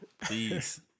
please